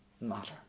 matter